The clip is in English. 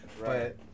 right